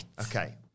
Okay